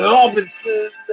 Robinson